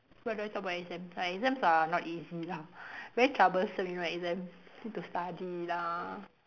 what do I talk about exams uh exams are not easy lah very troublesome you know exam need to study lah